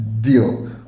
deal